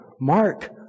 mark